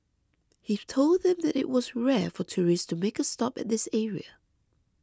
he told them that it was rare for tourists to make a stop at this area